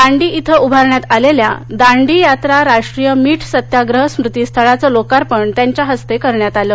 दांडी इथं उभारण्यात आलेल्या दांडीयात्रा राष्ट्रीय मीठ सत्याग्रह स्मृतीस्थळाचं लोकार्पण त्यांच्या हस्ते करण्यात आलं